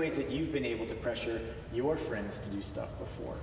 ways that you've been able to pressure your friends to do stuff before